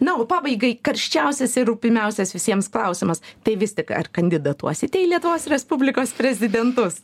na o pabaigai karščiausias ir rūpimiausias visiems klausimas tai vis tik ar kandidatuosite į lietuvos respublikos prezidentus